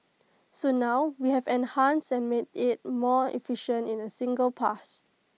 so now we have enhanced and made IT more efficient in A single pass